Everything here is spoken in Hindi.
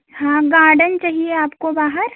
हाँ गार्डन चाहिए आपको बाहर